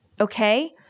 okay